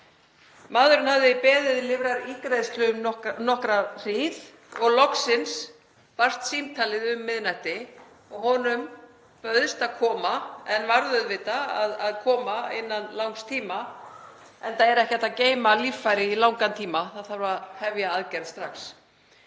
Maðurinn hafði beðið lifrarígræðslu um nokkra hríð og loksins barst símtalið um miðnætti og honum bauðst að koma en varð auðvitað að koma innan skamms tíma enda er ekki hægt að geyma líffæri í langan tíma. Það þarf að hefja aðgerð strax.